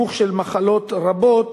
מסיבוך של מחלות רבות,